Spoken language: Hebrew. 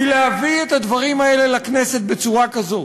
כי להביא את הדברים האלה לכנסת בצורה כזאת,